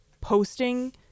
posting